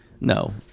No